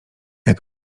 jak